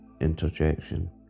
Interjection